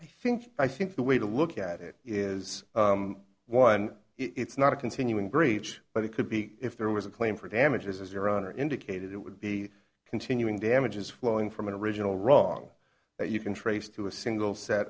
i think i think the way to look at it is one it's not a continuing breach but it could be if there was a claim for damages as your honor indicated it would be continuing damages flowing from an original wrong that you can trace to a single set